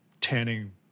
tanning